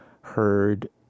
heard